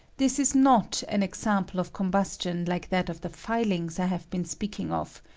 this is not an example of combustion like that of the filings i have been speaking of,